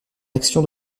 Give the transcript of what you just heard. action